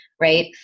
right